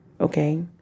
okay